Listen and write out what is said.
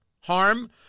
harm